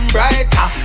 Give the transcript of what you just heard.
Brighter